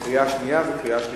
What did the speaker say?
קריאה שנייה וקריאה שלישית.